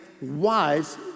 wise